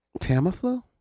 Tamiflu